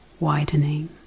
widening